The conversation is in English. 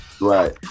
Right